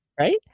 right